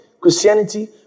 Christianity